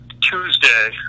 Tuesday